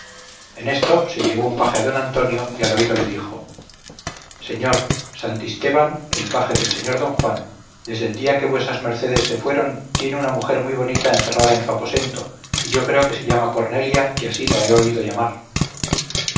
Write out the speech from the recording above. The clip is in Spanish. en esto se llegó un paje a don antonio y al oído le dijo señor santisteban el paje del señor don juan desde el día que vuesas mercedes se fueron tiene una mujer muy bonita encerrada en su aposento y yo creo que se llama cornelia que así la he oído llamar